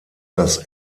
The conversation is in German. das